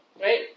right